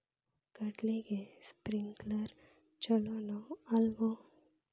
ಕಡ್ಲಿಗೆ ಸ್ಪ್ರಿಂಕ್ಲರ್ ಛಲೋನೋ ಅಲ್ವೋ?